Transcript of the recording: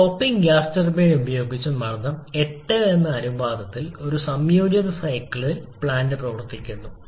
topping gas turbine ഉപയോഗിച്ച് മർദ്ദം 8 എന്ന അനുപാതത്തിൽ ഒരു സംയോജിത സൈക്കിൾ പ്ലാന്റ് പ്രവർത്തിക്കുന്നു